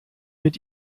mit